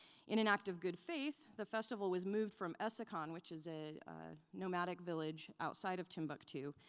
in an act of good faith the festival was moved from essakane, which is a nomadic village outside of timbuktu,